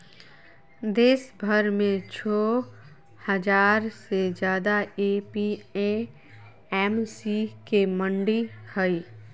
देशभर में छो हजार से ज्यादे ए.पी.एम.सी के मंडि हई